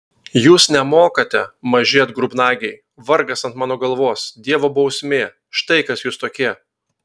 jūs nemokate maži atgrubnagiai vargas ant mano galvos dievo bausmė štai kas jūs tokie